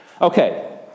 Okay